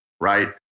right